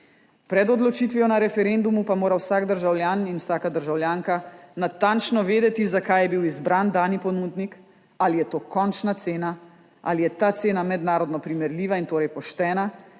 Pred odločitvijo na referendumu pa mora vsak državljan in vsaka državljanka natančno vedeti, zakaj je bil izbran dani ponudnik, ali je to končna cena, ali je ta cena mednarodno primerljiva in torej poštena